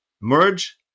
merge